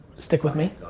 stick with me.